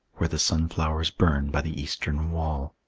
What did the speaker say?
where the sunflowers burn by the eastern wall.